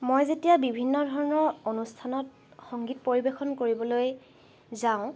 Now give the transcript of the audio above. মই যেতিয়া বিভিন্ন ধৰণৰ অনুষ্ঠানত সংগীত পৰিৱেশন কৰিবলৈ যাওঁ